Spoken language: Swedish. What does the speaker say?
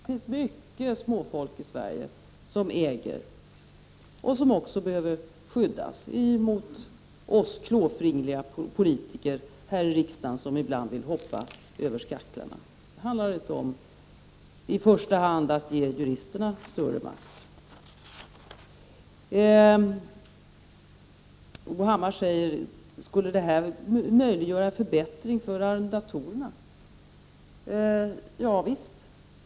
Det finns många bland småfolket i Sverige som äger och som behö ver skyddas mot oss klåfingriga politiker här i riksdagen som ibland vill hoppa över skaklarna. Det handlar inte om att i första hand ge juristerna större makt. Bo Hammar frågar om en grundlagsskyddad egendomsrätt skulle kunna möjliggöra en förbättring för arrendatorerna. Visst skulle den det.